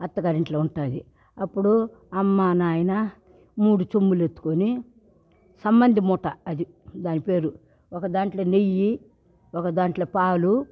అత్తగారింట్లో ఉంటుంది అప్పుడు అమ్మ నాయన మూడు చొంబులెత్తుకొని సంబంది మూట అది దాని పేరు ఒక దాంట్లో నెయ్యి ఒక దాంట్లో పాలు